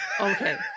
okay